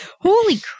holy